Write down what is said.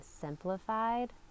simplified